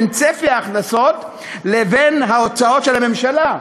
בין צפי ההכנסות לבין ההוצאות של הממשלה,